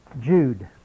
Jude